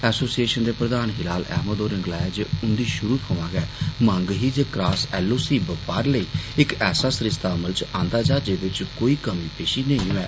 association दे प्रधान हिलाल अहमद होरे गलाया जे उन्दी षुरू थमां गै मंग ही जे क्रास एल ओ सी बपार लेई इक ऐसा सरिस्तां अमल च आंदा जा जेहदे च कोई कमीं पेषी नेईं होऐ